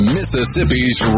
Mississippi's